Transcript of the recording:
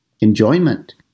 enjoyment